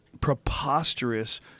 preposterous